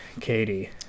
Katie